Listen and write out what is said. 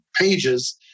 pages